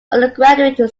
undergraduate